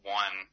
one